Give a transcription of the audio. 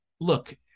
look